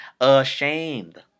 ashamed